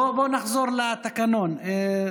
בואו נחזור לתקנון.